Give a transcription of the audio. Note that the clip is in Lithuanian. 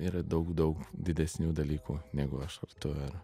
yra daug daug didesnių dalykų negu aš ar tu ar